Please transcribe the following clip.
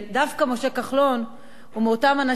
דווקא משה כחלון הוא מאותם אנשים,